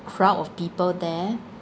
crowd of people there